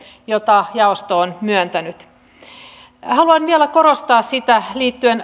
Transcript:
jota jaosto on myöntänyt haluan vielä korostaa rautatieliikenteeseen liittyen